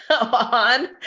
on